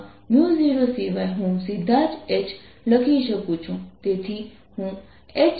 આ 0 સિવાય હું સીધા જ H લખી શકું છું